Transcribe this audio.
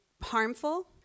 harmful